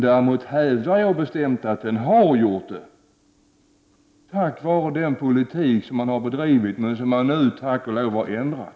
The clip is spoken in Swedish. Däremot hävdade jag bestämt att flyktingpolitiken har havererat på grund av den politik som regeringen har bedrivit men som den nu tack och lov har ändrat.